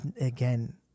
again